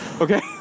Okay